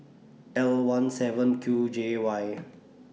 L one seven Q J Y